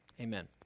Amen